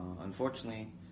unfortunately